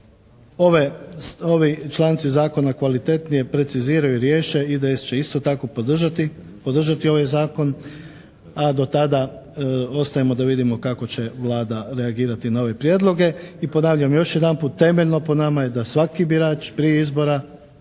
ovi članci zakona kvalitetnije preciziraju i riješe IDS će isto tako podržati ovaj zakon, a do tada ostajemo da vidimo kako će Vlada reagirati na ove prijedloge. I ponavljam, još jedanput, temeljno po nama je da svaki birač prije izbora